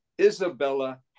Isabella